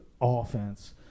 offense